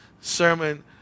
sermon